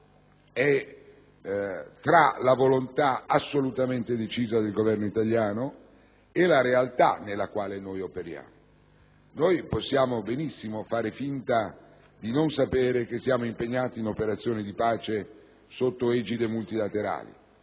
è tra la volontà assolutamente decisa del Governo italiano e la realtà nella quale noi operiamo. Noi possiamo benissimo far finta di non sapere di essere impegnati in operazioni di pace sotto egide multilaterali.